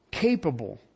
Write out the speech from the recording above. capable